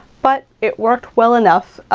but it worked well enough.